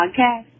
podcast